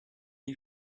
you